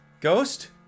Ghost